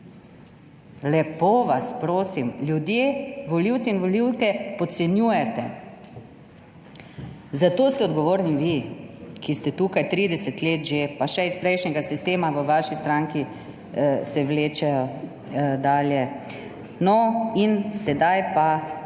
Lepo vas prosim. Ljudi, volivce in volivke podcenjujete. Za to ste odgovorni vi, ki ste tukaj že 30 let, pa še iz prejšnjega sistema se v vaši stranki vlečejo dalje. Sedaj pa